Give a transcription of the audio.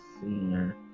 senior